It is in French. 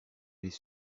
les